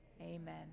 amen